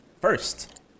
first